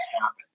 happen